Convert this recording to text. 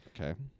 Okay